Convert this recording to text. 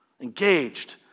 Engaged